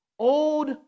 old